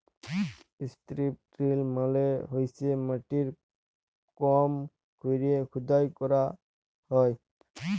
strip drill মালে হইসে মাটির কম কইরে খুদাই ক্যইরা হ্যয়